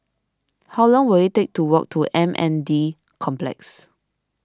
how long will it take to walk to M N D Complex